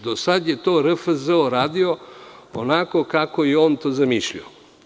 Do sada je to radio RFZO onako kako je on to zamišljao.